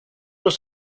los